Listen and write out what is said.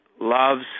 loves